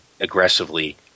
aggressively